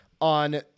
on